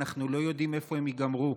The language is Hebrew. אנחנו לא יודעים איפה הם ייגמרו.